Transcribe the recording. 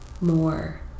more